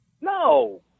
no